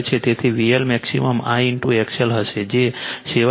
તેથી VL maximum I XL હશે જે 70